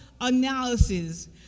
analysis